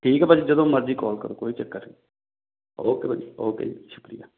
ਠੀਕ ਆ ਭਾਅ ਜੀ ਜਦੋਂ ਮਰਜ਼ੀ ਕਾਲ ਕਰੋ ਕੋਈ ਚੱਕਰ ਨਹੀਂ ਓਕੇ ਭਾਅ ਜੀ ਓਕੇ ਜੀ ਸ਼ੁਕਰੀਆ